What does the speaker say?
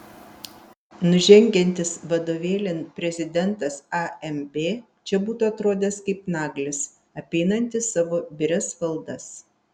nužengiantis vadovėlin prezidentas amb čia būtų atrodęs kaip naglis apeinantis savo birias valdas